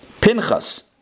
Pinchas